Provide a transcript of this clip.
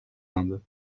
indes